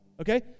okay